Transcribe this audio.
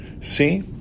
See